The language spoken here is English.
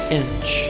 inch